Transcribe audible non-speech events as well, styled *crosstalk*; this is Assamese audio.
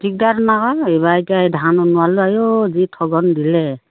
দিগদাৰ *unintelligible* আকৌ এইবাৰ এতিয়া ধান নোৱালো আইঅ' যি ঠগন দিলে